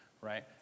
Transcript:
right